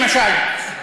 למשל,